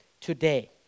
today